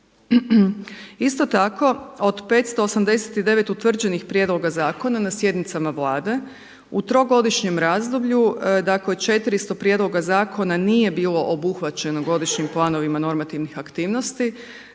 Isto tako od 589 utvrđenih prijedloga zakona na sjednicama Vlade u trogodišnjem razdoblju dakle 400 prijedloga zakona nije bilo obuhvaćeno godišnjim planovima normativnih aktivnosti.